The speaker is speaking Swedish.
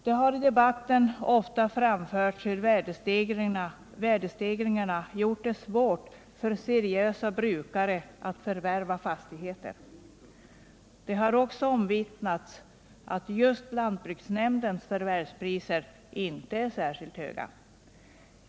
Det har i debatten ofta framförts hur värdestegringarna gjort det svårt för seriösa brukare att förvärva fastigheter. Det har också omvittnats att just lantbruksnämndernas förvärvspriser inte är särskilt höga.